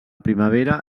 primavera